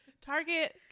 Target